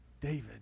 David